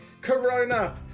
Corona